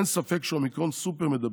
אין ספק שהאומיקרון סופר-מידבק.